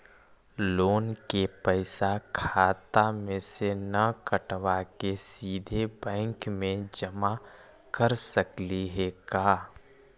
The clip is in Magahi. लोन के पैसा खाता मे से न कटवा के सिधे बैंक में जमा कर सकली हे का?